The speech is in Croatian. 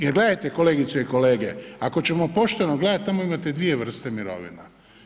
Jer gledajte kolegice i kolege, ako ćemo pošteno gledati tamo imate dvije vrste mirovina.